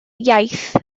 iaith